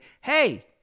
hey